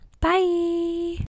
Bye